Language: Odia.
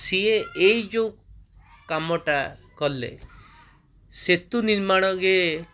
ସିଏ ଏଇ ଯେଉଁ କାମଟା କଲେ ସେତୁ ନିର୍ମାଣ ଇଏ